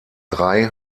drei